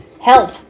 Help